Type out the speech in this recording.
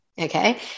Okay